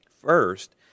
First